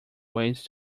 ways